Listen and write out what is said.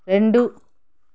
రెండు